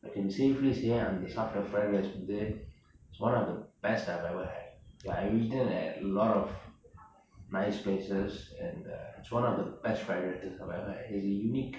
in the same place அங்க சாப்பிடுர:anga saapdra fried rice வந்து:vanthu is one of the best I've ever had I've eaten at a lot of nice places and uh it's one of the best fried rices in my life there's a unique